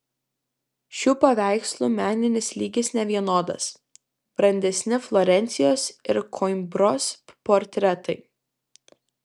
šių paveikslų meninis lygis nevienodas brandesni florencijos ir koimbros portretai